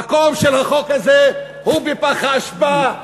המקום של החוק הזה הוא בפח האשפה,